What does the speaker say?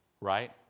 right